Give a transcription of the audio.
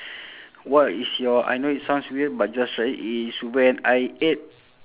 what is your I know it sounds weird but just try it is when I ate